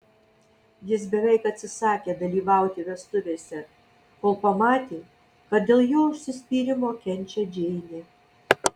jis beveik atsisakė dalyvauti vestuvėse kol pamatė kad dėl jo užsispyrimo kenčia džeinė